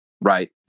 right